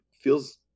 feels